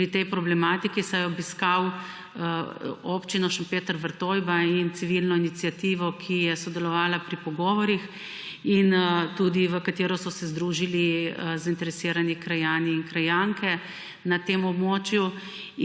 pri tej problematiki, saj je obiskal občino Šempeter-Vrtojba in civilno iniciativo, ki je sodelovala pri pogovorih in tudi v katero so se združili zainteresirani krajani in krajanke na tem območju.